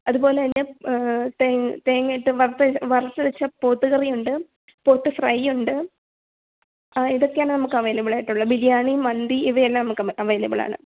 അതുപോലെ തന്നെ തേ തേങ്ങയിട്ട് വറുത്ത് വറുത്ത് വെച്ച പോത്ത് കറി ഉണ്ട് പോത്ത് ഫ്രൈ ഉണ്ട് ആ ഇതൊക്കെയാണ് നമുക്ക് അവൈലബിൾ ആയിട്ടുള്ളത് ബിരിയാണി മന്തി ഇവയെല്ലാം നമുക്ക് അവൈലബിൾ ആണ്